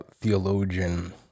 theologian